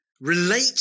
relate